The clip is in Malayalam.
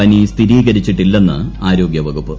പനി സ്ഥിരീകരിച്ചിട്ടില്ലെന്ന് ആര്യോഗ്യവകുപ്പ്